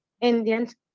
Indians